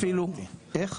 אפילו --- אגב,